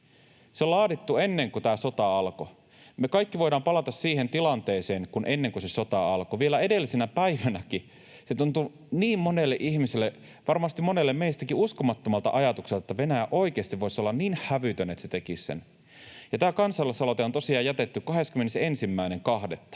Se on laadittu ennen kuin tämä sota alkoi. Me kaikki voimme palata siihen tilanteeseen ennen kuin se sota alkoi. Vielä edellisenä päivänäkin se tuntui niin monelle ihmiselle, varmasti monelle meistäkin, uskomattomalta ajatukselta, että Venäjä oikeasti voisi olla niin hävytön, että se tekisi sen. Ja tämä kansalais-aloite on tosiaan jätetty 21.2.,